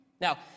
Now